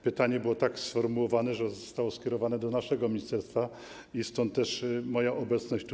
Pytanie było tak sformułowane, że zostało skierowane do naszego ministerstwa i stąd moja obecność tutaj.